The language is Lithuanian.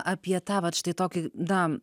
apie tą vat štai tokį na